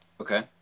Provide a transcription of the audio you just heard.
okay